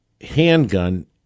handgun